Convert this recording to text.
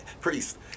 Priest